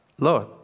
Lord